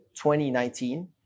2019